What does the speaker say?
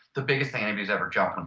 the biggest thing anybody's ever jumped. um